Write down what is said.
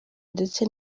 ndetse